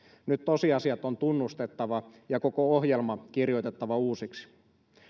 nyt tosiasiat on tunnustettava ja koko ohjelma kirjoitettava uusiksi